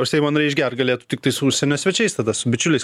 o seimo nariai išgert galėtų tiktai su užsienio svečiais tada su bičiuliais